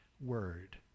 word